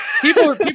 People